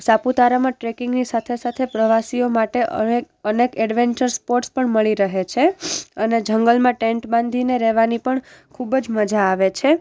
સાપુતારામાં ટ્રેકિંગની સાથે સાથે પ્રવાસીઓ માટે અનેક એડવેન્ચર સ્પોટસ પણ મળી રહે છે અને જંગલમાં ટેન્ટ બાંધીને રહેવાની પણ ખૃૂબ જ મજા આવે છે